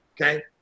Okay